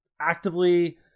actively